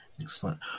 Excellent